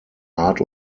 art